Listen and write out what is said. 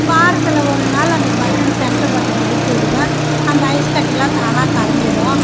வாரத்தில் ஒரு நாள் அந்த பட்டன் அந்த சென்டர் பட்டனை அழுத்தி விடுவேன் அந்த ஐஸ்க்கட்டிலாம் தானாக கரைஞ்சிவிடும்